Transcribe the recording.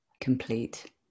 complete